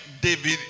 David